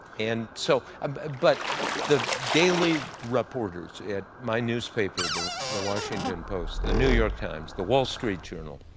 and so um but the daily reporters at my newspaper, the the washington post, the new york times, the wall street journal,